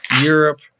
Europe